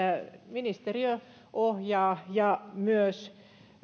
ministeriö ohjaa ja myös